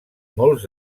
molts